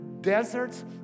deserts